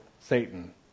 Satan